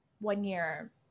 one-year